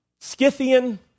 Scythian